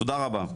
תודה רבה.